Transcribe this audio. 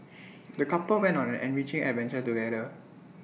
the couple went on an enriching adventure together